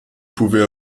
pouvait